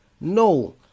No